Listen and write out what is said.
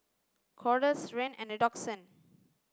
Kordel's Rene and Redoxon